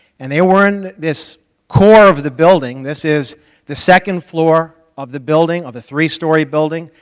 and they were in this core of the building. this is the second floor of the building, of a three-story building,